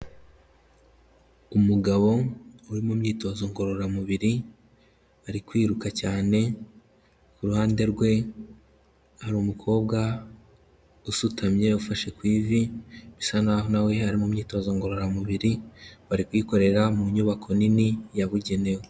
Umugabo uri mu myitozo ngororamubiri ari kwiruka cyane, ku ruhande rwe hari umukobwa usutamye ufashe ku ivi bisa naho na we ari mu myitozo ngororamubiri, bari kuyikorera mu nyubako nini yabugenewe.